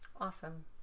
Awesome